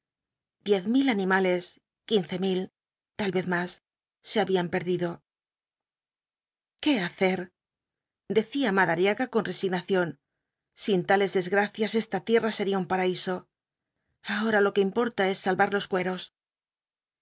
diez mil animales quince mil tal vez más se habían perdido qué hacer decía madariaga con resignacióm sin tales desgracias esta tierra sería un paraíso ahora lo que importa es salvar los cueros